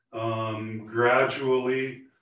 Gradually